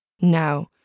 Now